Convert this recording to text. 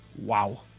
Wow